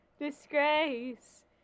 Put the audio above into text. disgrace